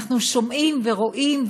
אנחנו שומעים ורואים,